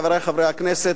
חברי חברי הכנסת,